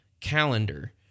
calendar